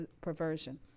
perversion